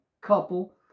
couple